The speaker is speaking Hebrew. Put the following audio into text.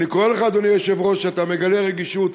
אני קורא לך, אדוני היושב-ראש, שאתה מגלה רגישות,